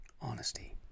Honesty